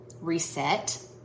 reset